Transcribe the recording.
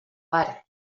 var